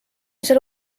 seal